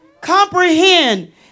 Comprehend